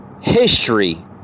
history